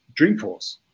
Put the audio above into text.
Dreamforce